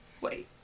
wait